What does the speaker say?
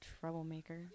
troublemaker